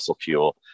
fuel